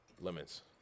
Limits